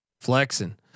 flexing